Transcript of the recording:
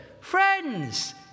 Friends